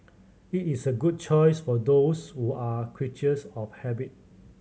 it is a good choice for those who are creatures of habit